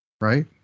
right